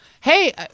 Hey